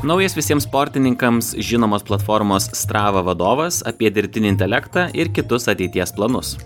naujas visiems sportininkams žinomas platformos strava vadovas apie dirbtinį intelektą ir kitus ateities planus